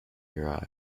your